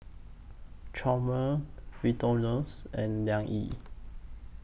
Chomel Victorinox and Liang Yi